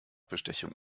bestechung